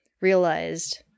realized